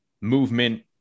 movement